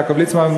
יעקב ליצמן,